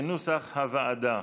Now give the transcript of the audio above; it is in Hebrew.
כנוסח הוועדה.